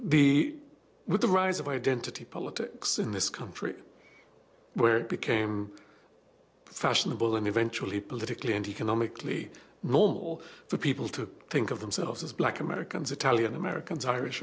the with the rise of identity politics in this country where it became fashionable and eventually politically and economically role for people to think of themselves as black americans italian americans irish